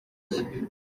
nshya